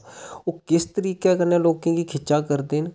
ओह् किस तरीके कन्नै लोकें गी खिच्चै करदे न